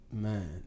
Man